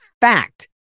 fact